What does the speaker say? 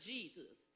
Jesus